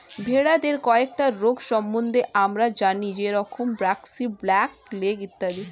ভেড়াদের কয়েকটা রোগ সম্বন্ধে আমরা জানি যেরম ব্র্যাক্সি, ব্ল্যাক লেগ ইত্যাদি